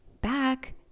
back